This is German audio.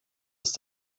ist